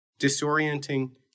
disorienting